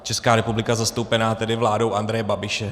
Česká republika zastoupená tedy vládou Andreje Babiše.